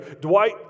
dwight